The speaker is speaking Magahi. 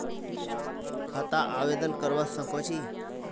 खाता आवेदन करवा संकोची?